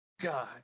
God